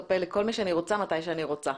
הפה לכל מי שאני רוצה ומתי שאני רוצה.